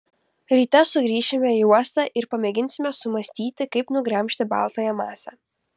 ryte sugrįšime į uostą ir pamėginsime sumąstyti kaip nugremžti baltąją masę